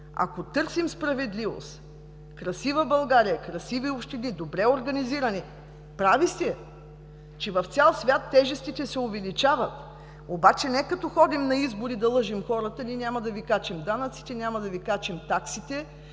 Ако търсим справедливост – красива България, красиви общини, добре организирани, прави сте. В цял свят тежестите се увеличават, обаче не като ходим на избори да лъжем хората: „Ние няма да Ви качим данъците, няма да Ви качим таксите“,